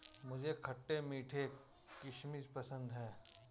मुझे खट्टे मीठे किशमिश पसंद हैं